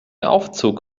aufzug